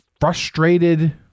frustrated